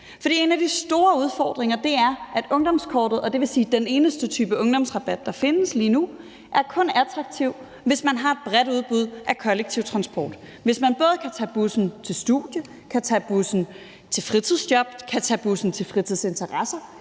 en af de store udfordringer er, at ungdomskortet – dvs. den eneste type ungdomsrabat, der findes lige nu – kun er attraktiv, hvis man har et bredt udbud af kollektiv transport. Hvis man både kan tage bussen til studiet, kan tage bussen til fritidsjob, kan tage bussen til fritidsinteresser,